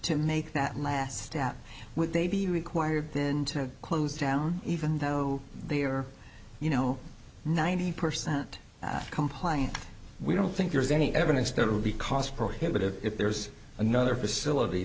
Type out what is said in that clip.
to make that last step would they be required then to close down even though they are you know ninety percent compliant we don't think there's any evidence there would be cost prohibitive if there's another facility